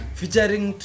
featuring